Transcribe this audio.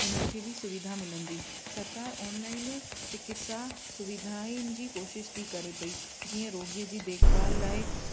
उन्हनि खे बि सुविधा मिलंदी सरकार ऑनलाइनियूं चिकित्सा सुविधाइनि जी कोशिश थी करे पई जीअं रोगीअ जी देखभाल लाइ